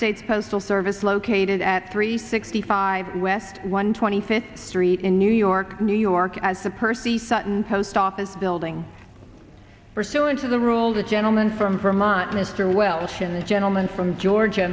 states postal service located at three sixty five west one twenty fifth street in new york new york as the percy sutton post office building pursuant to the rules the gentleman from vermont mr welch and the gentleman from georgia